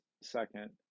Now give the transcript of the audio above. second